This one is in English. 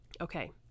okay